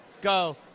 go